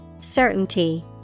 Certainty